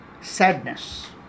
sadness